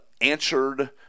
answered